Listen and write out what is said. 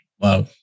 Wow